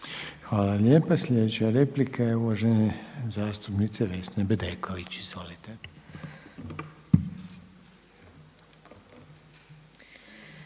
Hvala lijepa. Sljedeća replika je uvažene zastupnice Vesne Bedeković, izvolite.